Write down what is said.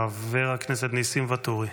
חבר הכנסת ניסים ואטורי.